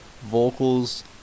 vocals